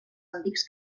antics